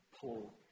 pull